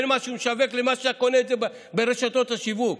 איך שהוא משווק ואיך שקונים את זה ברשתות השיווק,